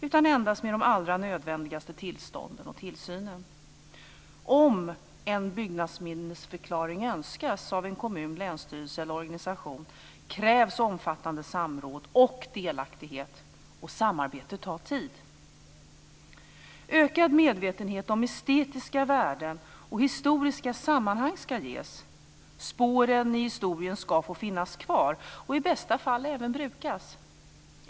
Man hinner endast med de allra nödvändigaste tillstånden och tillsynen. Om en byggnadsminnesförklaring önskas av en kommun, länsstyrelse eller organisation krävs omfattande samråd och delaktighet. Och samarbete tar tid. Ökad medvetenhet om estetiska värden och historiska sammanhang ska ges. Spåren i historien ska få finnas kvar och i bästa fall även brukas.